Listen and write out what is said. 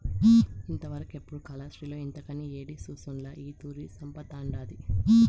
ఇంతవరకెపుడూ కాలాస్త్రిలో ఇంతకని యేడి సూసుండ్ల ఈ తూరి సంపతండాది